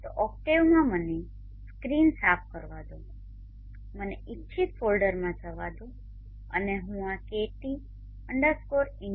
તો ઓક્ટેવમાં મને સ્ક્રીન સાફ કરવા દો મને ઈચ્છિત ફોલ્ડરમાં જવા દો અને હું આ kt india